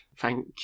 Thank